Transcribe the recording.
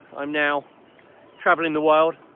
i'm now traveling the world,